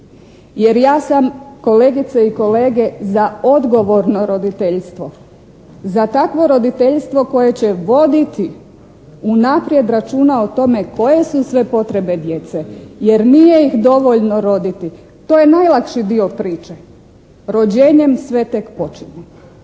Jer ja sam, kolegice i kolege, za odgovorno roditeljstvo, za takvo roditeljstvo koje će voditi unaprijed računa o tome koje su sve potrebe djece jer nije ih dovoljno roditi. To je najlakši dio priče, rođenjem tek sve počinje